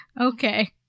Okay